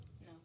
No